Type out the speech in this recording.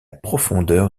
profondeur